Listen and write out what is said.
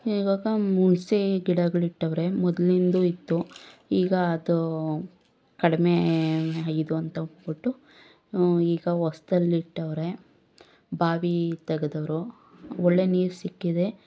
ಇವಾಗ ಹುಣ್ಸೆ ಗಿಡಗಳು ಇಟ್ಟವ್ರೆ ಮೊದಲಿಂದೂ ಇತ್ತು ಈಗ ಅದು ಕಡಿಮೆ ಆಗಿದ್ವು ಅಂತ ಅಂದ್ಬಿಟ್ಟು ಈಗ ಹೊಸ್ದಲ್ಲಿ ಇಟ್ಟವ್ರೆ ಬಾವಿ ತೆಗೆದವ್ರು ಒಳ್ಳೆ ನೀರು ಸಿಕ್ಕಿದೆ